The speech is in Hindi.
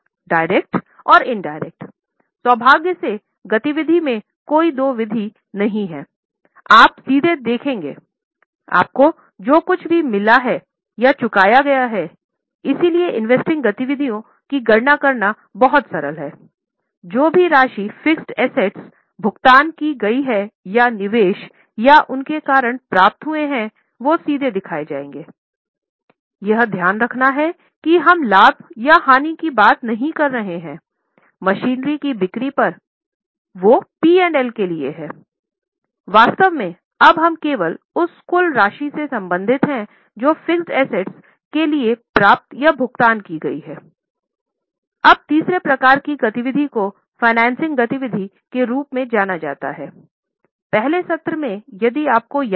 डायरेक्टर के लिए प्राप्त या भुगतान की गई है